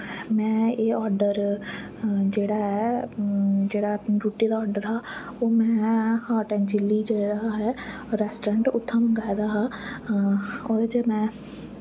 में एह् आर्डर जेह्ड़ा ऐ जेह्ड़ा रुट्टी दा आर्डर हा ओह् में हाट ऐंड चिल्ली च जेह्ड़ा हा रैसोरैंट उत्थां मंगाए दा हा ओह्दे च में